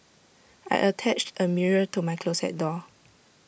I attached A mirror to my closet door